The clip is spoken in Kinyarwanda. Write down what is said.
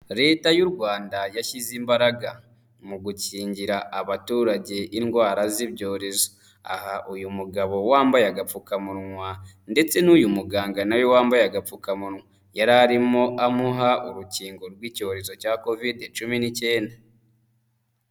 Leta y'u Rwanda yashyize imbaraga mu gukingira abaturage indwara z'ibyorezo, aha uyu mugabo wambaye agapfukamunwa ndetse n'uyu muganga na we wambaye agapfukamunwa yari arimo amuha urukingo rw'icyorezo cya Kovide cumi n'icyenda.